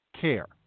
care